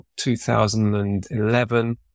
2011